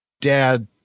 dad